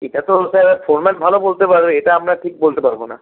এটা তো sir foreman ভালো বলতে পারবে এটা আমরা ঠিক বলতে পারবো না